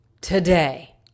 today